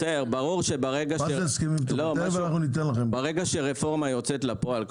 ברור שברגע שרפורמה יוצאת לפועל,